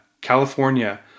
California